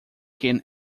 can